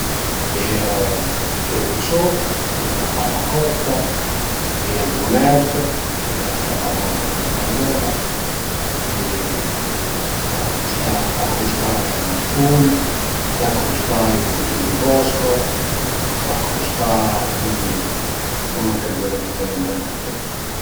A ie ël tiramisù, a ie la pannacotta, a ie ël bunèt, a ie la catalana ch'al e spgnöla, a ie la crustà la crustà a le a i pum, la crustà ai frutti di bosco, la crustà cun lon che völu büteie ëndrinta ti